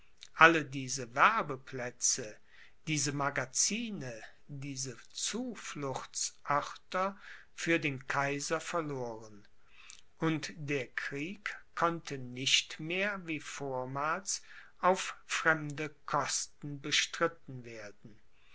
alle diese werbeplätze diese magazine diese zufluchtsörter für den kaiser verloren und der krieg konnte nicht mehr wie vormals auf fremde kosten bestritten werden